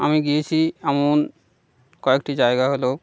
আমি গিয়েছি এমন কয়েকটি জায়গা হলো